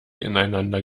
ineinander